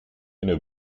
eine